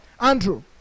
Andrew